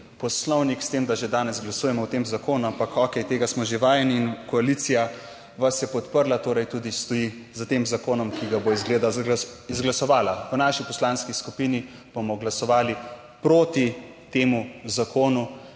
Poslovnik s tem, da že danes glasujemo o tem zakonu, ampak okej, tega smo že vajeni in koalicija vas je podprla, torej tudi stoji za tem zakonom, ki ga bo izglasovala. V naši poslanski skupini bomo glasovali proti temu zakonu,